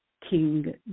King